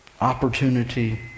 Opportunity